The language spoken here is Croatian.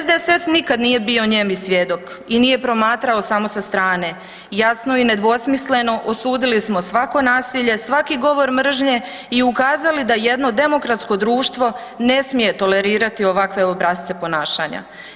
SDSS nikad nije bio nijemi svjedok i nije promatrao samo strane, jasno i nedvosmisleno osudili smo svako nasilje, svaki govor mržnje i ukazali da jedno demokratsko društvo ne smije tolerirati ovakve obrasce ponašanja.